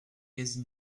quasi